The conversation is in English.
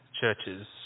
churches